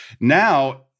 Now